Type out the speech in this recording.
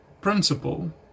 principle